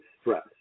stress